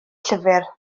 llyfr